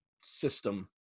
system